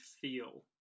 feel